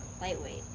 lightweight